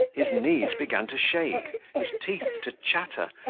his knees began to shake, his teeth to chatter,